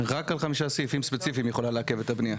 רק על חמישה סעיפים ספציפיים היא יכולה לעכב את הבניה.